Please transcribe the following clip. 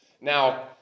Now